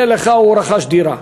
הנה לך, הוא רכש דירה.